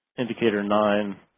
indicator nine